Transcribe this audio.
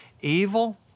Evil